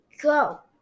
go